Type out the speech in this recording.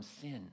sin